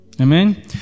Amen